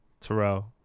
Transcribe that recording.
Terrell